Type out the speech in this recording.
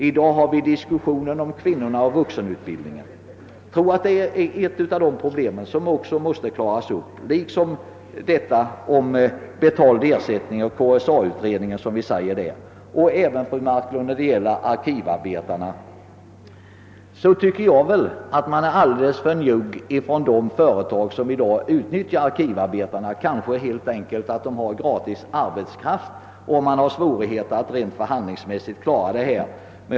I dag har vi diskussionen om kvinnorna och vuxenutbildningen. Jag tror att det är ett av de problem som också måste klaras upp liksom frågan om betald ersättning, som kommer att upptas i KSA-utredningen. I fråga om arkivarbetarna vill jag säga att de företag som utnyttjar dem intar en alldeles för njugg hållning. De kanske rent av har gratis arbetskraft, och det kan hända att det förhandlingsmässigt uppstår svårigheter med att klara upp frågan.